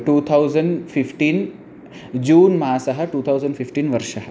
two thousand fifteen June मासः two thousand fifteen वर्षः